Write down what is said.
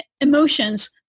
emotions